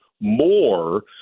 more